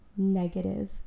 negative